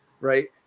right